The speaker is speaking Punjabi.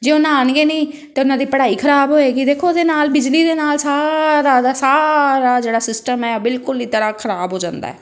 ਜੇ ਉਹ ਨਹਾਉਣਗੇ ਨਹੀਂ ਤਾਂ ਉਹਨਾਂ ਦੀ ਪੜ੍ਹਾਈ ਖਰਾਬ ਹੋਏਗੀ ਦੇਖੋ ਉਹਦੇ ਨਾਲ ਬਿਜਲੀ ਦੇ ਨਾਲ ਸਾਰਾ ਦਾ ਸਾਰਾ ਜਿਹੜਾ ਸਿਸਟਮ ਹੈ ਬਿਲਕੁਲ ਹੀ ਤਰ੍ਹਾਂ ਖਰਾਬ ਹੋ ਜਾਂਦਾ